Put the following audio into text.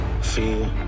fear